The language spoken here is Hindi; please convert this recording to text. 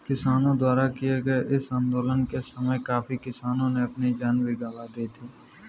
किसानों द्वारा किए गए इस आंदोलन के समय काफी किसानों ने अपनी जान भी गंवा दी थी